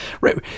right